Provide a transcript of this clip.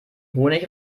honig